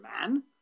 man